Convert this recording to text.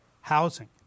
housing